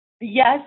yes